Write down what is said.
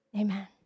Amen